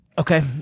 Okay